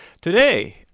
Today